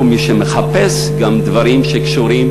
מי שמחפש גם דברים שקשורים,